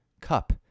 cup